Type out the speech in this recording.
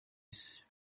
isi